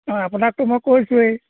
অঁ আপোনাকতো মই কৈছোঁৱেই